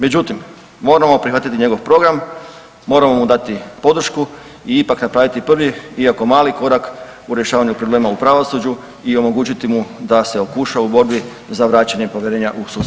Međutim, moramo prihvatiti njegov program, moramo mu dati podršku i ipak napraviti prvi iako mali korak u rješavanju problema u pravosuđu i omogućiti mu da se okuša u borbi za vraćanje povjerenja u sustav.